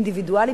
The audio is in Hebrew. אינדיבידואלית,